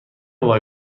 وای